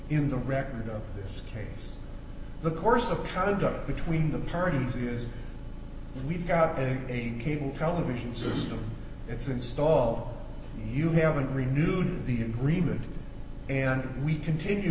in the record of this case the course of trying to duck between the parties is we've got a cable television system it's install you haven't renewed the agreement and we continue